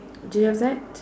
do you have that